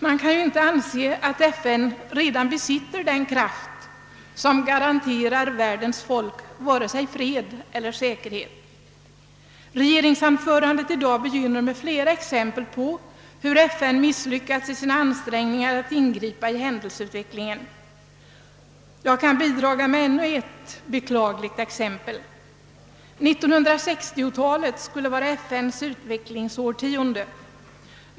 Man kan ju inte anse att FN redan besitter den kraft som garanterar världens folk fred och säkerhet. Regeringsdeklarationen i dag begynner med flera exempel på hur FN misslyckats i sina ansträngningar att ingripa i händelseutvecklingen. Jag kan bidraga med ännu ett beklagligt exempel. 1960-talet skulle vara FN:s utvecklingsårtionde.